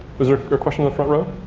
was there a question in the front row?